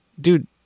dude